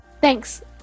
Thanks